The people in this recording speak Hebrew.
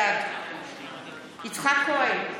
בעד יצחק כהן,